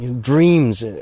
Dreams